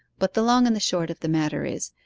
but the long and the short of the matter is,